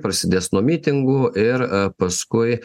prasidės nuo mitingų ir a paskui